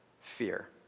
fear